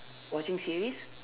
watching series